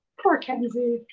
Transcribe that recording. poor kenzie.